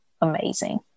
amazing